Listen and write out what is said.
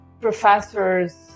professor's